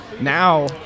now